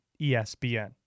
ESPN